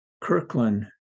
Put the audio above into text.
Kirkland